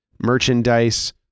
merchandise